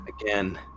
again